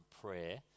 prayer